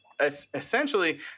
Essentially